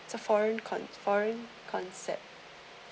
so foreign con~ foreign concept